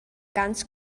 ganz